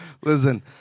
Listen